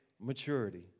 maturity